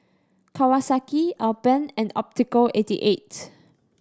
Kawasaki Alpen and Optical eighty eight